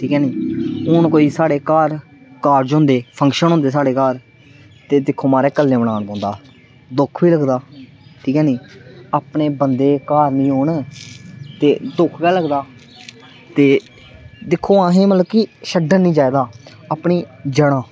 ठीक ऐ नेई हुन कोई स्हाड़े घर कार्ज हुंदे फंक्शन हुंदे स्हाड़े घर ते दिक्खो महाराज कल्ले मनाना पौंदा दुख बी लग्गदा ठीक ऐ नी अपने बंदे घर नी होन ते दुख गै लगदा ते दिक्खो अहें मतलब की छड्डन नी चाहिदा अपनी जड़ां